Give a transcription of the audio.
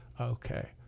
Okay